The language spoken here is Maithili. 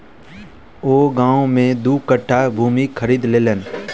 ओ गाम में दू कट्ठा भूमि खरीद लेलैन